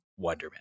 Wonderman